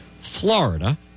Florida